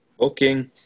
Okay